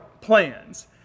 plans